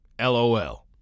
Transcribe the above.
LOL